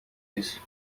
isso